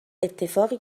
اتفاقی